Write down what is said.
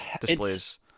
displays